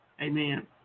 Amen